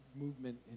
movement